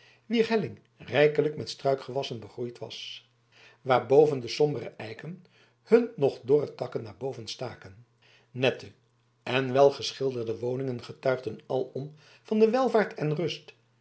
wier helling rijkelijk met struikgewassen begroeid was waarboven de sombere eiken hun nog dorre takken naar boven staken nette en wel geschilderde woningen getuigden alom van de welvaart en rust